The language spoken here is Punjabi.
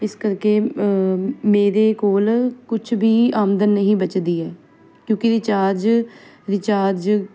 ਇਸ ਕਰਕੇ ਮੇਰੇ ਕੋਲ ਕੁਛ ਵੀ ਆਮਦਨ ਨਹੀਂ ਬਚਦੀ ਹੈ ਕਿਉਂਕਿ ਰੀਚਾਰਜ